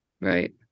right